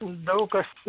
daug kas